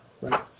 right